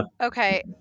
Okay